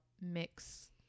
mix